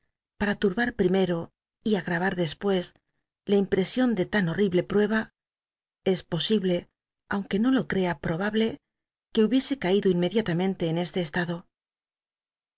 para turbar primero y agt a'ar clespues la impresion de tan hotri ble prueba es posible aunque no lo ctea probable que hubiese caido inmediatamente en este estado